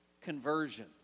Conversion